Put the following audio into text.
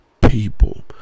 people